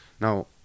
Now